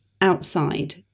outside